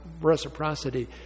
reciprocity